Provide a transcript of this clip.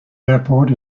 airport